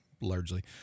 largely